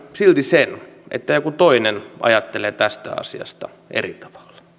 silti sen että joku toinen ajattelee tästä asiasta eri tavalla